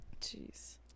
Jeez